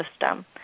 system